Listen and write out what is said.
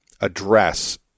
address